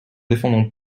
défendons